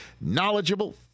knowledgeable